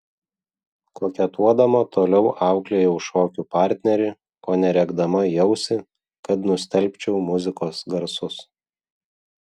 koketuodama toliau auklėjau šokių partnerį kone rėkdama į ausį kad nustelbčiau muzikos garsus